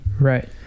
Right